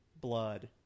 blood